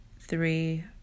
three